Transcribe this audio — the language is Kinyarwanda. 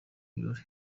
birori